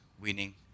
winning